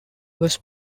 was